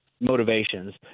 motivations